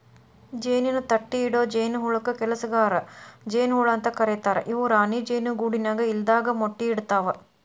ಜೇನಿನ ತಟ್ಟಿಇಡೊ ಜೇನಹುಳಕ್ಕ ಕೆಲಸಗಾರ ಜೇನ ಹುಳ ಅಂತ ಕರೇತಾರ ಇವು ರಾಣಿ ಜೇನು ಗೂಡಿನ್ಯಾಗ ಇಲ್ಲದಾಗ ಮೊಟ್ಟಿ ಇಡ್ತವಾ